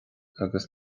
agus